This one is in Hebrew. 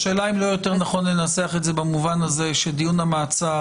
השאלה אם לא יותר נכון לנסח את זה במובן הזה שדיון המעצר